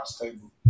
table